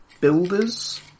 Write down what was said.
builders